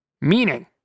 Meaning